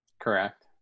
Correct